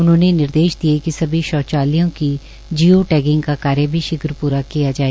उन्होंने निर्देश दिए कि सभी शौचालयों की जीयो टैगिंग का कार्य भी शीघ्र प्रा किया जाए